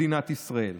מדינת ישראל.